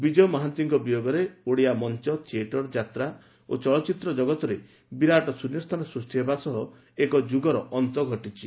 ବିଜୟ ମହାନ୍ତିଙ୍କ ବିୟୋଗରେ ଓଡିଆ ମଞ୍ଚ ଥିଏଟରଯାତ୍ରା ଚଳଚିତ୍ର ଜଗତରେ ବିରାଟ ଶୃନ୍ୟସ୍ଥାନ ସୃଷ୍ଟି ହେବା ସହ ଏକଯୁଗର ଅନ୍ତ ଘଟିଛି